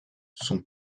son